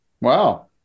Wow